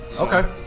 Okay